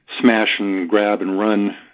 smash-and-grab-and-run